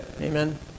Amen